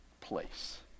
place